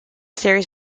series